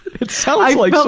if so, you know